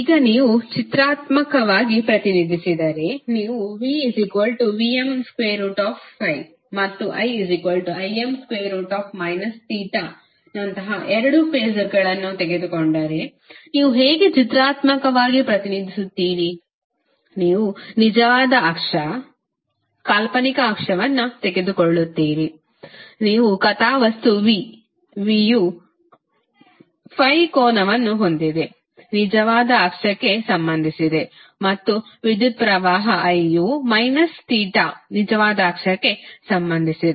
ಈಗ ನೀವು ಚಿತ್ರಾತ್ಮಕವಾಗಿ ಪ್ರತಿನಿಧಿಸಿದರೆ ನೀವು VVm∠∅ ಮತ್ತು IIm∠ θ ನಂತಹ ಎರಡು ಫಾಸರ್ಗಳನ್ನು ತೆಗೆದುಕೊಂಡರೆ ನೀವು ಹೇಗೆ ಚಿತ್ರಾತ್ಮಕವಾಗಿ ಪ್ರತಿನಿಧಿಸುತ್ತೀರಿ ನೀವು ನಿಜವಾದ ಅಕ್ಷ ಕಾಲ್ಪನಿಕ ಅಕ್ಷವನ್ನು ತೆಗೆದುಕೊಳ್ಳುತ್ತೀರಿ ನೀವು ಕಥಾವಸ್ತು V V ಯು ∅ ಕೋನವನ್ನು ಹೊಂದಿದೆ ನಿಜವಾದ ಅಕ್ಷಕ್ಕೆ ಸಂಬಂಧಿಸಿದೆ ಮತ್ತು ವಿದ್ಯುತ್ ಪ್ರವಾಹ I ಯು θ ನಿಜವಾದ ಅಕ್ಷಕ್ಕೆ ಸಂಬಂಧಿಸಿದೆ